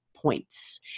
Points